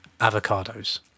avocados